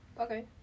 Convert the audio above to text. okay